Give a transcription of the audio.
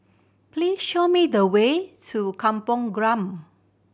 please show me the way to Kampong Glam